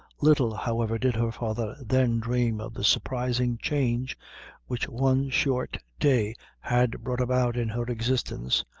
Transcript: little, however, did her father then dream of the surprising change which one short day had brought about in her existence,